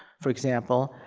for example,